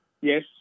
Yes